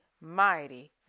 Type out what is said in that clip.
mighty